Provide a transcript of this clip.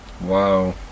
Wow